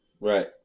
right